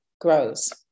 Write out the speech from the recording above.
grows